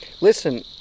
Listen